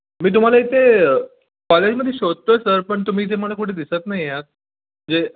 मी तुम्हाला इथे कॉलेजमध्ये शोधतो आहे सर पण तुम्ही इथे मला कुठे दिसत नाही आहात जे